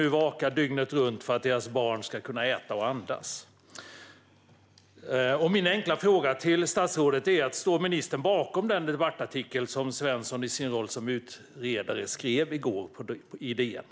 Det märker jag också på alla kommentarer som jag har fått sedan i går. Min enkla fråga till statsrådet är: Står ministern bakom den debattartikel som Svensson skrev i DN i går i sin roll som utredare?